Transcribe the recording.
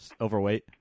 Overweight